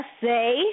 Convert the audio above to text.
say